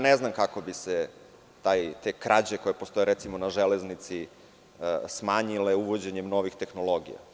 Ne znam kako bi se te krađe koje postoje, recimo, na železnici smanjile, uvođenjem novih tehnologija.